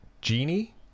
Genie